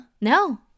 no